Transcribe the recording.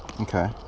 Okay